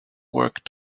work